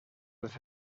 les